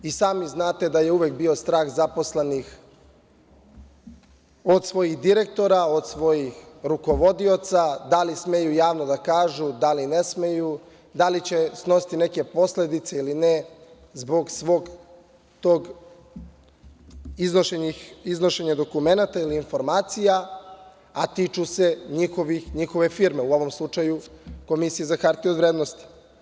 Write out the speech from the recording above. I sami znate da je uvek bio strah zaposlenih od svojih direktora, od svojih rukovodioca da li smeju javno da kažu, da li ne smeju, da li će snositi neke posledice ili ne zbog svog tog iznošenja dokumenata ili informacija, a tiču se njihove firme, u ovom slučaju Komisije za hartije od vrednosti.